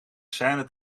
scene